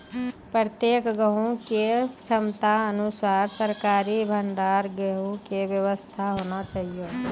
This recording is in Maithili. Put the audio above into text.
प्रत्येक गाँव के क्षमता अनुसार सरकारी भंडार गृह के व्यवस्था होना चाहिए?